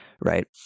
right